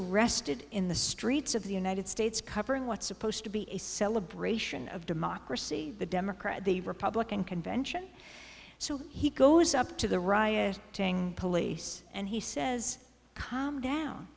arrested in the streets of the united states covering what's supposed to be a celebration of democracy the democrat the republican convention so he goes up to the riot police and he says calm down